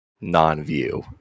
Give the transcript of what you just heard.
non-view